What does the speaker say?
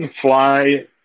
fly